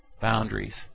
boundaries